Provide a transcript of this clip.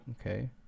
Okay